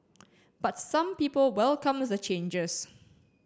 but some people welcome the changes